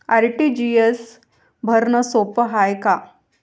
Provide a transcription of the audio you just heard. RTGS भरनं सोप हाय का?